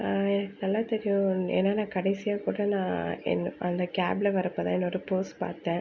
எனக்கு நல்லா தெரியும் ஏன்னா நான் கடைசியாக கூட நான் அந்த கேபில் வர்றப்போ தான் என்னோடய பேர்ஸ் பார்த்தேன்